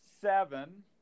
seven